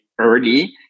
early